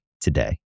today